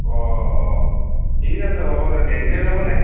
অঁ অঁ ঠিক আছে হ'ব তেন্তে এতিয়া যাবনে